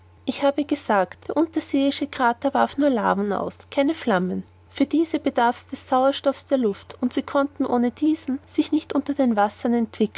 ich habe gesagt der unterseeische krater warf nur laven aus keine flammen für diese bedarf's des sauerstoffs der luft und sie konnten ohne diesen sich nicht unter dem wasser